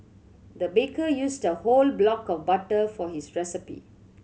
the baker used a whole block of butter for this recipe